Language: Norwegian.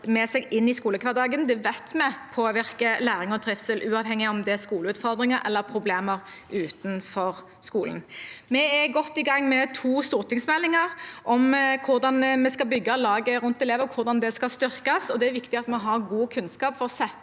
med seg inn i skolehverdagen påvirker læring og trivsel, uavhengig av om det er skoleutfordringer eller problemer utenfor skolen. Vi er godt i gang med to stortingsmeldinger om hvordan vi skal bygge laget rundt eleven, og hvordan det skal styrkes, og det er viktig at vi har god kunnskap for å sette